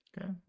okay